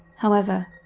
however,